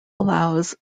allows